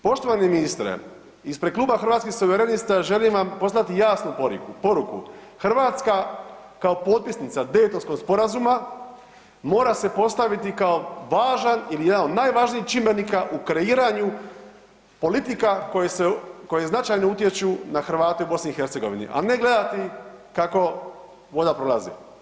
Poštovani ministre, ispred Kluba Hrvatskih suverenista želim vam poslati jasnu poruku, Hrvatska kao potpisnica Daytonskog sporazuma mora se postaviti kao važan ili jedan od najvažnijih čimbenika u kreiranju politika koje značajno utječu na Hrvate u BiH, a ne gledati kako voda prolazi.